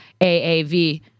AAV